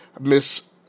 Miss